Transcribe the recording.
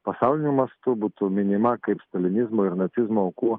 pasauliniu mastu būtų minima kaip stalinizmo ir nacizmo aukų